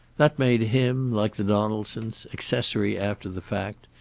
that made him, like the donaldsons, accessory after the fact,